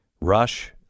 Rush